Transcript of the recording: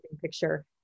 picture